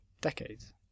decades